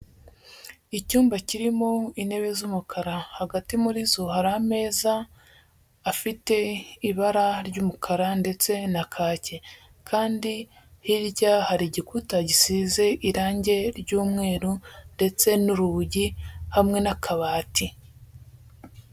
Icyumba kirimo intebe z'umukara, hagati muri zo hari ameza afite ibara ry'umukara ndetse na kake kandi hirya hari igikuta gisize irange ry'umweru ndetse n'urugi, hamwe n'akabati.